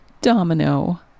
Domino